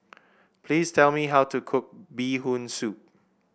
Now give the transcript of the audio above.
please tell me how to cook Bee Hoon Soup